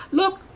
look